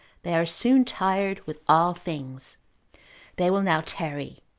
they are soon tired with all things they will now tarry,